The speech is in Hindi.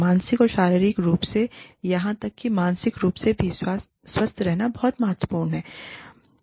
मानसिक और शारीरिक रूप से और यहां तक कि सामाजिक रूप से भी स्वस्थ रहना बहुत महत्वपूर्ण है